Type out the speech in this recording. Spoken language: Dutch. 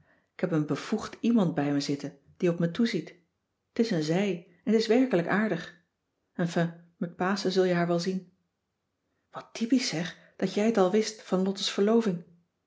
k heb een bevoegd iemand bij me zitten die op me toeziet t is een zij en ze is werkelijk aardig enfin met paschen zul je haar wel zien wat typisch zeg dat jij t al wist van lotte's verloving